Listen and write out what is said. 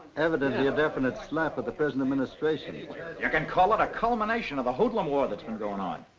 evidently a definite slap at the present administration. you you can call it a culmination of the hoodlum war that's been going on.